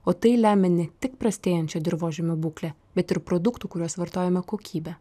o tai lemia ne tik prastėjančią dirvožemio būklę bet ir produktų kuriuos vartojame kokybę